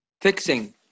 Fixing